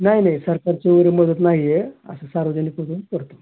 नाही नाही सरकारचे वगैरे मदत नाही आहे असं सार्वजनिक उपक्रम करतो